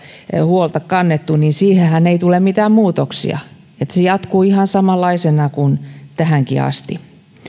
huolta kannettu niin siihenhän ei tule mitään muutoksia se jatkuu ihan samanlaisena kuin tähänkin asti